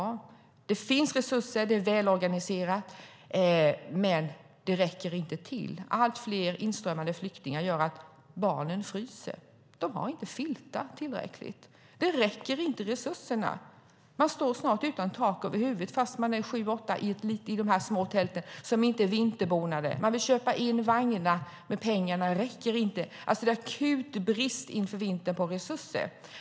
Det finns resurser, och de är välorganiserade. Men de räcker inte till. Allt fler inströmmande flyktingar gör att barnen fryser. De har inte tillräckligt med filtar. Resurserna räcker inte. Man står snart utan tak över huvudet fast man är sju åtta i dessa små tält, som inte är vinterbonade. Man vill köpa in vagnar, men pengarna räcker inte. Det råder akut brist på resurser inför vintern.